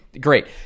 Great